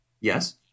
Yes